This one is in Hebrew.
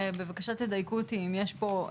בבקשה תדייקו אותי אם יש פה,